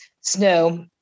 Snow